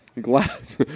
glass